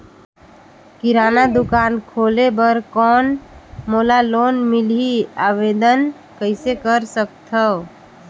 किराना दुकान खोले बर कौन मोला लोन मिलही? आवेदन कइसे कर सकथव?